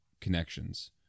connections